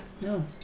No